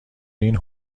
این